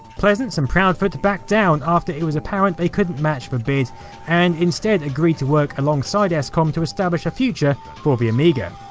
pleasance and proudfoot backed down after it was apparent they couldn't match the but bid and instead agreed to work alongside escom to establish a future for the amiga.